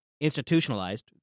institutionalized